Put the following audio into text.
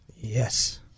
yes